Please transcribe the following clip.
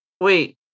wait